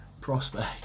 prospect